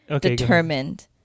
determined